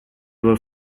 were